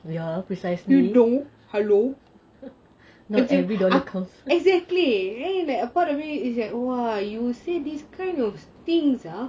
yes precisely